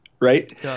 right